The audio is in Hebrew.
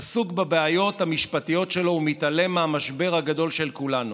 עסוק בבעיות המשפטיות שלו ומתעלם מהמשבר הגדול של כולנו.